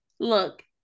Look